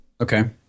Okay